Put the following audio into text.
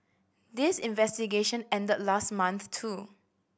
this investigation ended last month too